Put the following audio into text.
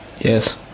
Yes